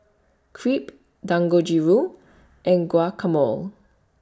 Crepe Dangojiru and Guacamole